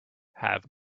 have